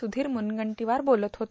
स्धीर म्नगंटीवार बोलत होते